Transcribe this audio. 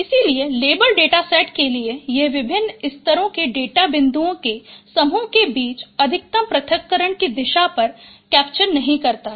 इसलिए label dataset के लिए यह विभिन्न स्तरों के डेटा बिंदुओं के समूहों के बीच अधिकतम पृथक्करण की दिशा पर कैप्चर नहीं करता है